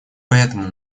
поэтому